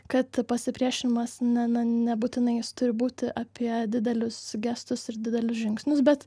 kad pasipriešinimas na ne nebūtinai jis turi būti apie didelius gestus ir didelius žingsnius bet